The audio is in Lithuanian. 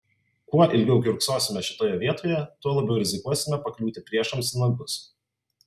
kuo ilgiau kiurksosime šitoje vietoje tuo labiau rizikuosime pakliūti priešams į nagus